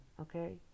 okay